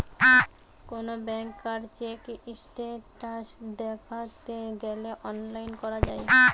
কোন ব্যাংকার check status দ্যাখতে গ্যালে অনলাইন করা যায়